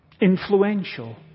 influential